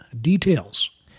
details